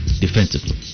defensively